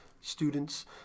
students